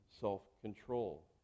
self-control